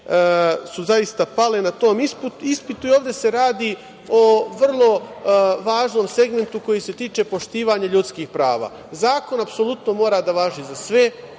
su zaista pale na tom ispitu. Ovde se radi o vrlo važnom segmentu koji se tiče poštovanja ljudskih prava. Zakon apsolutno mora da važi za sve,